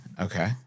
okay